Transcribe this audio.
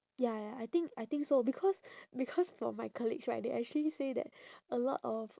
ya ya I think I think so because because for my colleagues right they actually say that a lot of